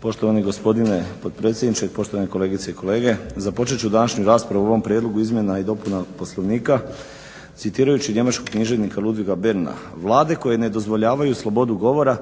Poštovani gospodine potpredsjedniče, poštovane kolegice i kolege. Započet ću današnju raspravu o ovom prijedlogu izmjena i dopuna Poslovnika citirajući njemačkog književnika Ludviga Berna: „Vlade koje ne dozvoljavaju slobodu govora